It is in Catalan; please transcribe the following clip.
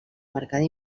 marcada